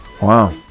Wow